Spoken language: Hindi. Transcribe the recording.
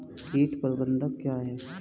कीट प्रबंधन क्या है?